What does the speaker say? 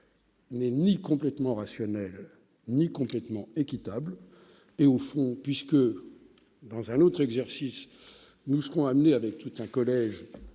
n'est ni complètement rationnelle ni complètement équitable. Dans un autre exercice, nous serons appelés, avec tout un collège